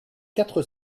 quatre